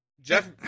Jeff